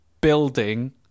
building